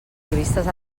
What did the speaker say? turistes